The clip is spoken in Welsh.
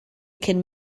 cyn